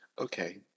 okay